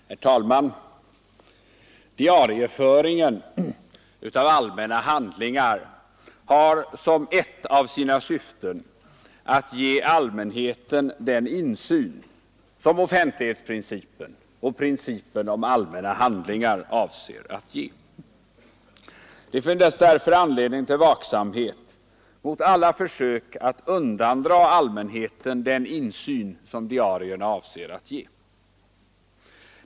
Herr talman! Diarieföringen av allmänna handlingar har som ett av sina utövning m.m. syften att ge allmänheten den insyn som offentlighetsprincipen och principen om allmänna handlingar avser att ge. Det finns därför anledning Diarieföringen till vaksamhet mot alla försök att undandra allmänheten den insyn som inom statsdepardiarierna avser att ge.